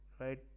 Right